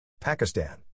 Pakistan